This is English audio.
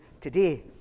today